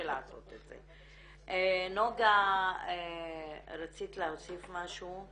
נגה רצית להוסיף משהו.